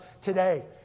today